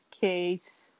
case